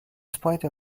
spite